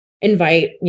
invite